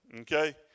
Okay